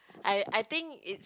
I I think it